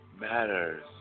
matters